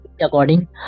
according